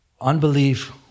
unbelief